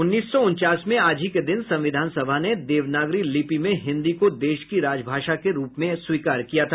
उन्नीस सौ उनचास में आज ही के दिन संविधान सभा ने देवनागरी लिपि में हिन्दी को देश की राजभाषा के रूप में स्वीकार किया था